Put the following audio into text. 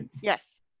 yes